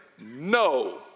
No